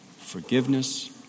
forgiveness